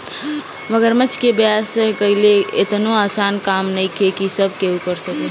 मगरमच्छ के व्यवसाय कईल एतनो आसान काम नइखे की सब केहू कर सके